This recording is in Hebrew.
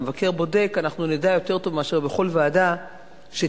המבקר בודק אנחנו נדע יותר טוב מאשר בכל ועדה שתבחן,